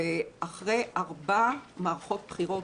אחרי ארבע מערכות בחירות,